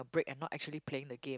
break and not actually playing the game